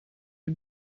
you